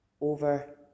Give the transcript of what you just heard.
over